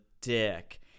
dick